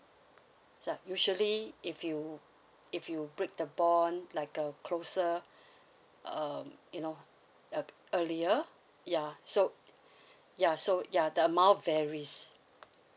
yeah usually if you if you break the bond like a closer um you know uh earlier ya so ya so ya the amount varies